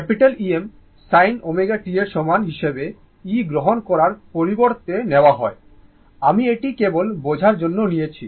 Em sin ω t এর সমান হিসাবে e গ্রহণ করার পরিবর্তে নেয়া হয় আমি এটি কেবল বোঝার জন্য নিয়েছি